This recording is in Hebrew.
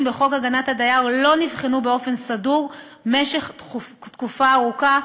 בחוק הגנת הדייר לא נבחנו באופן סדור תקופה ארוכה,